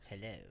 Hello